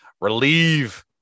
relieve